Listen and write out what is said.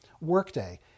Workday